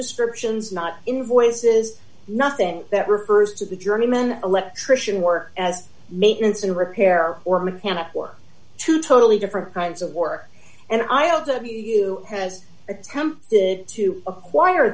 descriptions not invoices nothing that refers to the journeyman electrician work as maintenance and repair or mechanic or two totally different kinds of work and i also have you has attempted to acquire